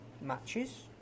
matches